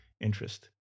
interest